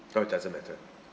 oh doesn't matter